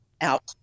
out